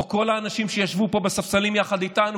כל האנשים שישבו פה בספסלים יחד איתנו